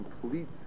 complete